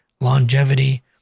longevity